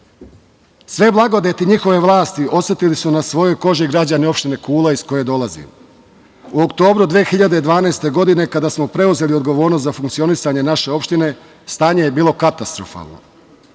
blagodeti njihove vlasti osetili su na svojoj koži građani opštine Kula iz koje dolazim. U oktobru 2012. godine kada smo preuzeli odgovornost za funkcionisanje naše opštine, stanje je bilo katastrofalno.